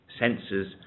sensors